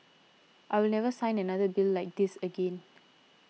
I will never sign another bill like this again